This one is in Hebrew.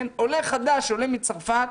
עולה חדש מצרפת,